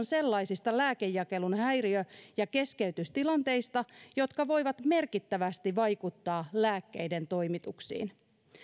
sellaisista lääkejakelun häiriö ja keskeytystilanteista jotka voivat merkittävästi vaikuttaa lääkkeiden toimituksiin